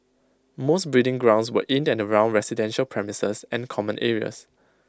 most breeding grounds were in and around residential premises and common areas